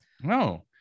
no